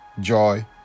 joy